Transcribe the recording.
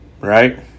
right